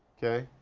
okay.